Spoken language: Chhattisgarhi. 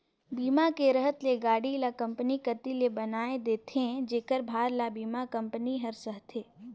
बीमा के रहत ले गाड़ी ल कंपनी कति ले बनाये देथे जेखर भार ल बीमा कंपनी हर सहथे